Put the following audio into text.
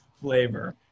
flavor